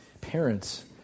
parents